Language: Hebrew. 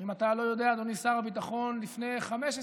אם אתה לא יודע, אדוני שר הביטחון, לפני 15 שנה,